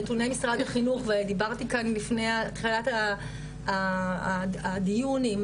נתוני משרד החינוך ודיברתי כאן עוד לפני תחילת הדיון עם